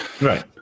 right